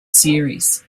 series